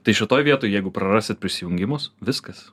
tai šitoj vietoj jeigu prarasite prisijungimus viskas